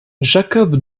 jakob